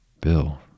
Bill